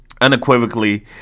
unequivocally